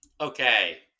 Okay